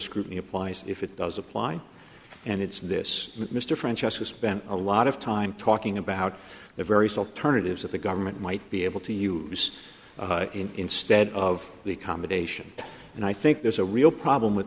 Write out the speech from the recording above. scrutiny applies if it does apply and it's this mr francesca spent a lot of time talking about the various alternatives that the government might be able to use in instead of the accommodation and i think there's a real problem with